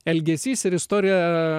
elgesys ir istorija